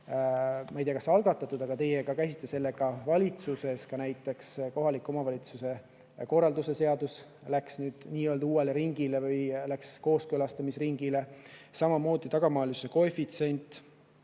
ma ei tea, kas teie algatasite – käisite sellega valitsuses. Näiteks kohaliku omavalitsuse korralduse seadus läks nüüd nii-öelda uuele ringile või kooskõlastusringile, samamoodi tagamaalisuse koefitsient